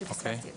או שפספסתי את זה.